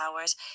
hours